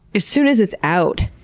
as soon as it's out,